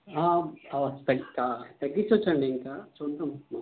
తగ్గి తగ్గించ వచ్చండి ఇంకా చూద్దాం